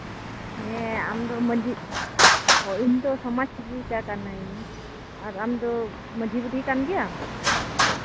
ᱦᱮᱸ ᱟᱢᱫᱚ ᱢᱟᱹᱡᱷᱤ ᱤᱧᱫᱚ ᱥᱚᱢᱟᱡᱽ ᱥᱮᱵᱤᱠᱟ ᱠᱟᱱᱟᱧ ᱟᱨ ᱟᱢᱫᱚ ᱢᱟᱹᱡᱷᱤ ᱵᱩᱰᱷᱤ ᱠᱟᱱ ᱜᱮᱭᱟᱢ